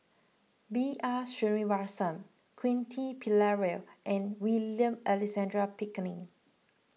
B R Sreenivasan Quentin Pereira and William Alexander Pickering